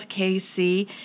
KC